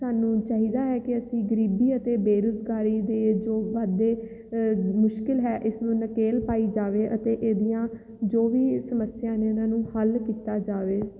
ਸਾਨੂੰ ਚਾਹੀਦਾ ਹੈ ਕਿ ਅਸੀਂ ਗਰੀਬੀ ਅਤੇ ਬੇਰੁਜ਼ਗਾਰੀ ਦੇ ਜੋ ਵੱਧਦੇ ਮੁਸ਼ਕਲ ਹੈ ਇਸ ਨੂੰ ਨਕੇਲ ਪਾਈ ਜਾਵੇ ਅਤੇ ਇਹਦੀਆਂ ਜੋ ਵੀ ਸਮੱਸਿਆ ਨੇ ਉਹਨਾਂ ਨੂੰ ਹੱਲ ਕੀਤਾ ਜਾਵੇ